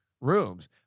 rooms